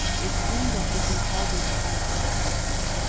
it seemed as if he held his heart in his hands,